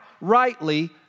rightly